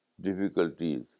Difficulties